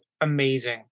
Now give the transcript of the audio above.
amazing